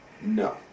No